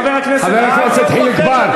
עכשיו יחזרו בהם, חבר הכנסת חיליק בר.